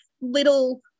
little